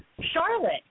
Charlotte